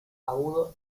agudo